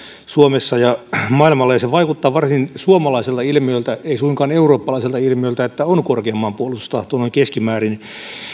suomessa ja maailmalla ja se vaikuttaa varsin suomalaiselta ilmiöltä ei suinkaan eurooppalaiselta ilmiöltä että on korkea maanpuolustustahto noin keskimäärin